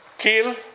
kill